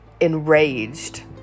enraged